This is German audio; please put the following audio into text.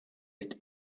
ist